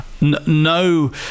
no